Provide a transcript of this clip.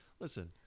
listen